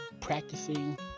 practicing